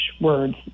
words